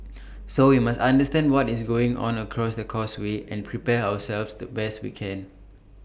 so we must understand what is going on across the causeway and prepare ourselves the best we can